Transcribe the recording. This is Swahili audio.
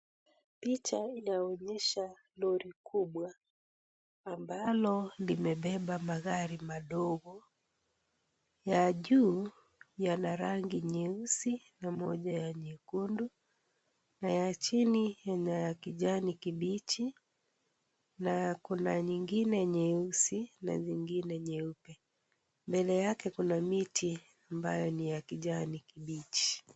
Picha inaonyesha lori kubwa ambalo limebeba magari madogo, ya juu yana rangi nyeusi na moja ya nyekundu na ya chini ni ya kijani kibichi na kuna nyingine nyeusi na nyingine nyeupe, mbele yake kuna miti ambayo ni ya kijani kibichi.